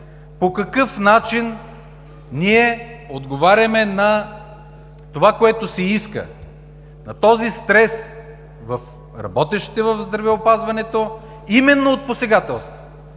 по какъв начин отговаряме на това, което се иска, на този стрес в работещите в здравеопазването, именно от посегателства.